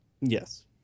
Yes